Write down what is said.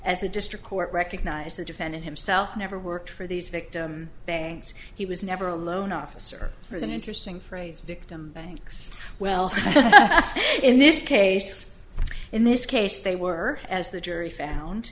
as a district court recognized the defendant himself never worked for these victim banks he was never a loan officer was an interesting phrase victim banks well in this case in this case they were as the jury